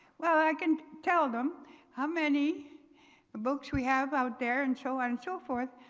well, i can tell them how many books we have out there and so and so forth,